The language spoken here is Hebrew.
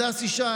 הדס ישי,